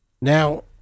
Now